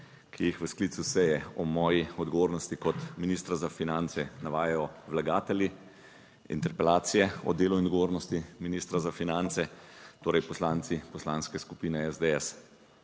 ki jih v sklicu seje o moji odgovornosti kot ministra za finance navajajo vlagatelji interpelacije o delu in odgovornosti ministra za finance, torej poslanci Poslanske skupine SD.